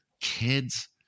kids